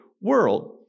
world